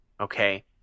okay